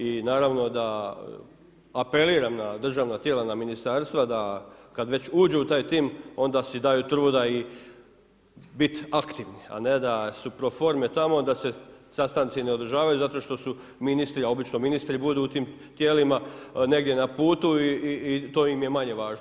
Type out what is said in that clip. I naravno da apeliram na državna tijela, na ministarstva da kad već uđu u taj tim onda si daju truda bit aktivni, a ne da su pro forme tamo, da se sastanci ne održavaju zato što su ministri, a obično ministri budu u tim tijelima negdje na putu i to im je manje važno.